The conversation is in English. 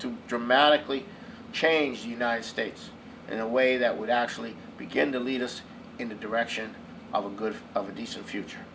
to dramatically change the united states in a way that would actually begin to lead us in the direction of a good of a decent future